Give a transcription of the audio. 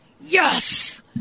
Yes